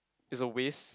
it's a waste